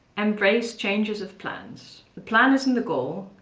embrace changes of plans. the plan isn't the goal.